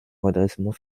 redressement